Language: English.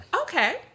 Okay